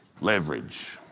leverage